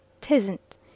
Tisn't